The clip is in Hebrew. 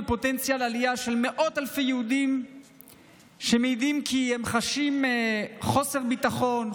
פוטנציאל עלייה של מאות אלפי יהודים שמעידים שהם חשים חוסר ביטחון,